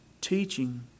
teaching